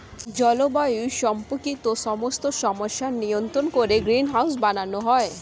জলবায়ু সম্পর্কিত সমস্ত সমস্যা নিয়ন্ত্রণ করে গ্রিনহাউস বানানো হয়